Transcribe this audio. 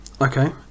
Okay